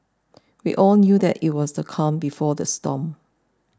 we all knew that it was the calm before the storm